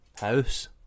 house